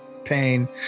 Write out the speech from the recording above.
pain